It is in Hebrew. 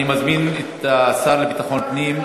אני מזמין את השר לביטחון פנים,